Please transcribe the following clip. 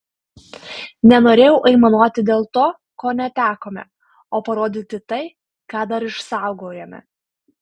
nenorėjau aimanuoti dėl to ko netekome o parodyti tai ką dar išsaugojome